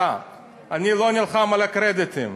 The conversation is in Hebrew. אני לא נלחם על הקרדיטים.